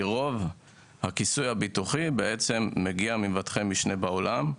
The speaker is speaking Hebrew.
כי בעצם רוב הכיסוי הביטוחי מגיע ממבטחי משנה בעולם.